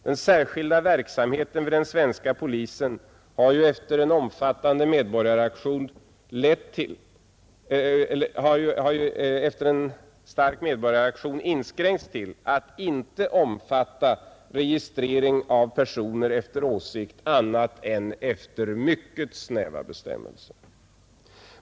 Den särskilda verksamheten vid svenska polisen har ju efter en stark medborgaraktion inskränkts till att inte omfatta registrering av personer efter åsikt annat än enligt mycket snäva bestämmelser.